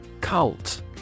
Cult